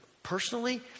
Personally